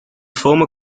former